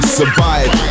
survive